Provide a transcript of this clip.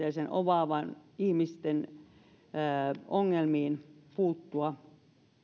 ja maksuhäiriömerkinnän omaavien ihmisten ongelmiin